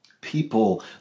People